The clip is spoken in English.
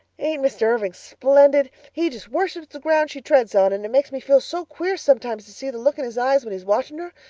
ain't mr. irving splendid? he just worships the ground she treads on and it makes me feel so queer sometimes to see the look in his eyes when he's watching her.